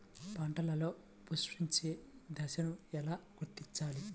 పంటలలో పుష్పించే దశను ఎలా గుర్తించాలి?